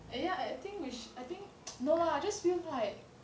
eh ya I think I think no lah I just feel like